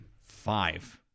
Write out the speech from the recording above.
five